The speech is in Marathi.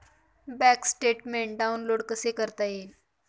बँक स्टेटमेन्ट डाउनलोड कसे करता येईल?